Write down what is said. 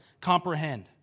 comprehend